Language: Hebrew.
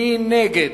מי נגד?